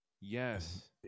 yes